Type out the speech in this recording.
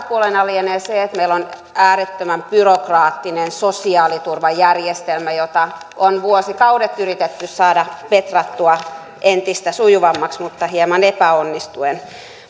puolena lienee se että meillä on äärettömän byrokraattinen sosiaaliturvajärjestelmä jota on vuosikaudet yritetty saada petrattua entistä sujuvammaksi mutta hieman epäonnistuen